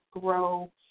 grow